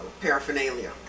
paraphernalia